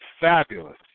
fabulous